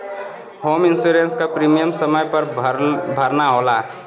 home insurance क premium समय पर भरना होला